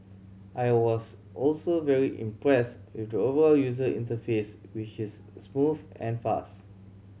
I was also very impressed with the overall user interface which is smooth and fast